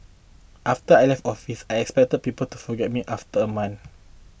after I left office I expected people to forget me after a month